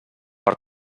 per